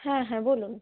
হ্যাঁ হ্যাঁ বলুন